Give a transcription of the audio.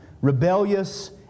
rebellious